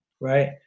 right